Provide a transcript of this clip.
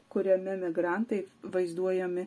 kuriame emigrantai vaizduojami